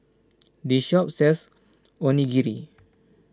this shop sells Onigiri